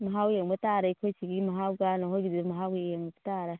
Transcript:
ꯃꯍꯥꯎ ꯌꯦꯡꯕ ꯇꯥꯔꯦ ꯑꯩꯈꯣꯏ ꯁꯤꯒꯤ ꯃꯍꯥꯎꯒ ꯅꯈꯣꯏꯒꯤꯗꯨꯒꯤ ꯃꯍꯥꯎꯒ ꯌꯦꯡꯕ ꯇꯥꯔꯦ